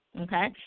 Okay